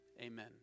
Amen